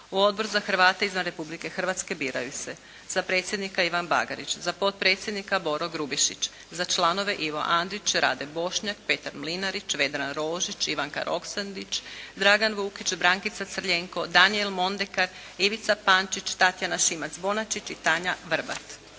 U Odbor za Hrvate izvan Republike Hrvatske biraju se: za predsjednika Ivan Bagarić, za potpredsjednika Boro Grubišić, za članove Ivo Andrić, Rade Bošnjak, Petar Mlinarić, Vedran Rožić, Ivanka Roksandić, Dragan Vukić, Brankica Crljenko, Danijel Mondekar, Ivica Pančić, Tatjana Šimac-Bonačić i Tanja Vrbat.